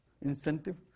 incentive